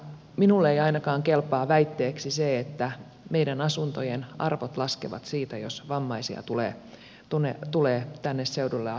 minulle ei ainakaan kelpaa väitteeksi se että meidän asuntojemme arvot laskevat siitä jos vammaisia tulee seudulle asumaan